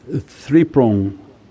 three-prong